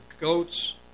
goats